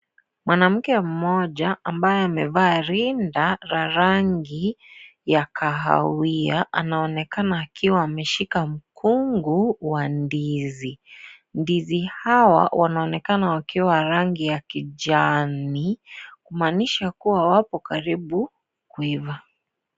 Mwanamke mmoja, ambaye amevaa rinda la rangi ya kahawia. Anaonekana akiwa ameshika mkungu wa ndizi. Ndizi hawa wanaonekana wakiwa rangi ya kijani, kumaanisha kuwa, wako karibu kuiva.